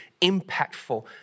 impactful